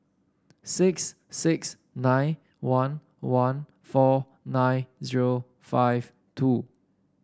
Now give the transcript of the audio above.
six six nine one one four nine zero five two